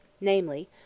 namely